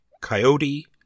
Coyote